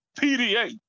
PDA